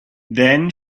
then